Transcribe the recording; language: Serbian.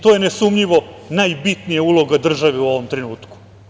To je ne sumnjivo najbitnija uloga države u ovom trenutku.